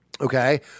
Okay